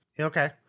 Okay